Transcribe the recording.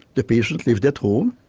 the patient lived at home,